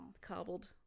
cobbled